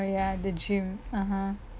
ah ya the gym